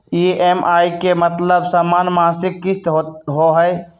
EMI के मतलब समान मासिक किस्त होहई?